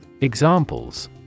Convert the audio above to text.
Examples